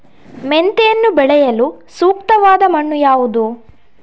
ಮೆಂತೆಯನ್ನು ಬೆಳೆಯಲು ಸೂಕ್ತವಾದ ಮಣ್ಣು ಯಾವುದು?